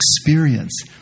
experience